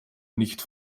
nicht